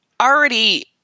already